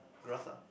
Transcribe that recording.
grass ah